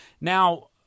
Now